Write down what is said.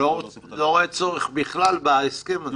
לא רואה צורך בכלל בהסכם הזה.